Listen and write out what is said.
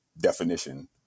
definition